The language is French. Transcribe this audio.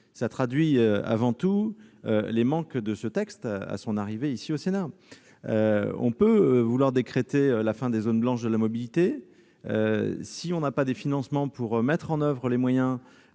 traduisent avant tout les lacunes de ce texte à son arrivée, ici, au Sénat. On peut vouloir décréter la fin des zones blanches de la mobilité, mais, si l'on n'a pas de financements pour la mise en oeuvre des moyens